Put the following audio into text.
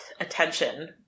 attention